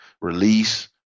release